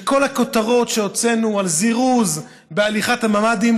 כל הכותרות שהוצאנו על זירוז בהליכת הממ"דים,